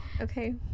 okay